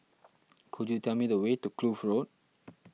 could you tell me the way to Kloof Road